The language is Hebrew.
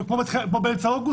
אנחנו באותו מצב כמו באמצע אוגוסט?